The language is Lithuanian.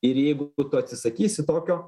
ir jeigu tu atsisakysi tokio